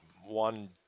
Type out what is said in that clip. one